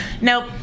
Nope